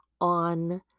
on